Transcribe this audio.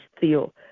feel